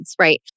right